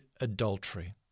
adultery